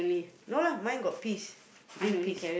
no lah mine got peas green peas